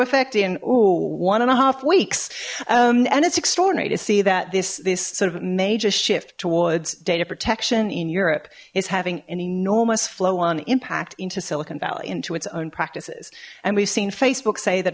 effect in oh one and a half weeks and it's extraordinary to see that this this sort of major shift towards data protection in europe is having an enormous flow on impact into silicon valley into its own practices and we've seen facebook say that